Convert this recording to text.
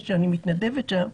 שאני מתנדבת שם,